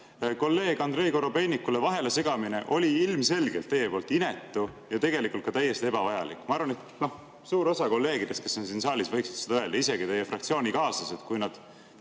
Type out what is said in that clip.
kolleeg Andrei Korobeinikule vahelesegamine oli teie poolt ilmselgelt inetu ja tegelikult ka täiesti ebavajalik. Ma arvan, et suur osa kolleegidest, kes on siin saalis, võiksid seda öelda, isegi teie fraktsioonikaaslased, kui nad